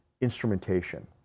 instrumentation